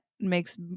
makes